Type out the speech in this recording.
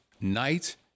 night